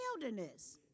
wilderness